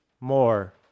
more